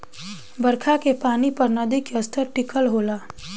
बरखा के पानी पर नदी के स्तर टिकल होला